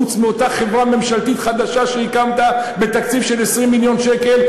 חוץ מאותה חברה ממשלתית חדשה שהקמת בתקציב של 20 מיליון שקל,